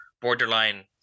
borderline